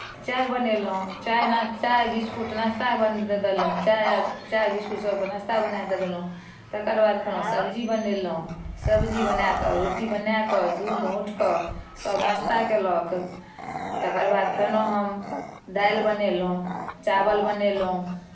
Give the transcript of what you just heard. चाय बनेलहुँ चाय ना चाय बिस्कुट नाश्तामे देलहुँ चाय बिस्कुटसभके नाश्ता बना कऽ देलहुँ तकर बाद कोनो सब्जी बनेलहुँ सब्जी बनाए कऽ रोटी बनाए कऽ दूध औँट कऽ सभ नाश्ता कयलक तकर बाद फेनो हम दालि बनेलहुँ चावल बनेलहुँ